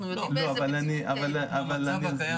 אנחנו יודעים באיזו מציאות --- במצב הקיים